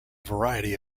variety